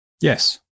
yes